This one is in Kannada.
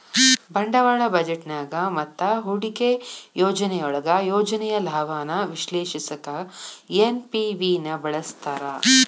ಬಂಡವಾಳ ಬಜೆಟ್ನ್ಯಾಗ ಮತ್ತ ಹೂಡಿಕೆ ಯೋಜನೆಯೊಳಗ ಯೋಜನೆಯ ಲಾಭಾನ ವಿಶ್ಲೇಷಿಸಕ ಎನ್.ಪಿ.ವಿ ನ ಬಳಸ್ತಾರ